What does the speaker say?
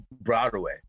Broadway